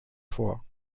vor